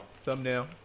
Thumbnail